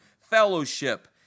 fellowship